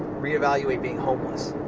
reevaluate being homeless,